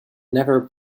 never